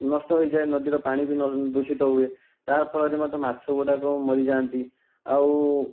ନଷ୍ଟ ହୋଇଯାଏ ନଦୀର ପାଣି ବି ଦୂଷିତ ହୁଏ ତା ଫଳରେ ମଧ୍ୟ ମାଛ ଗୁଡ଼ାକ ମରିଯାଆନ୍ତି ଆଉ